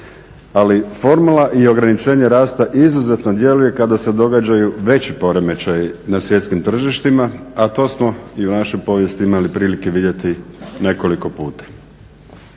Ali, formula i ograničenje rasta izuzetno djeluje kada se događaju veći poremećaji na svjetskim tržištima, a to smo i u našoj povijesti imali prilike vidjeti nekoliko puta.